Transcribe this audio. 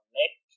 neck